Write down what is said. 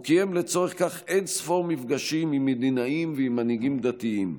הוא קיים לצורך זה אין-ספור מפגשים עם מדינאים ועם מנהיגים דתיים.